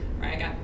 right